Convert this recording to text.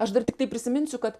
aš dar tiktai prisiminsiu kad